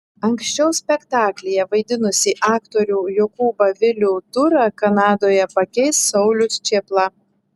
anksčiau spektaklyje vaidinusį aktorių jokūbą vilių tūrą kanadoje pakeis saulius čėpla